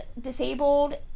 disabled